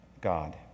God